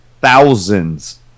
thousands